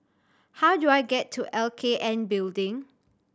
how do I get to L K N Building